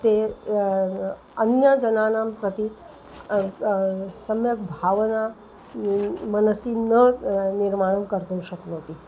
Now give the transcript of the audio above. ते अन्यजनानां प्रति सम्यक् भावना मनसि न निर्माणं कर्तुं शक्नोति